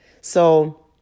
So-